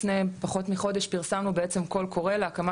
לפני פחות מחודש פרסמנו בעצם קול קורא להקמה